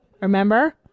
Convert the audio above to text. Remember